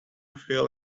fill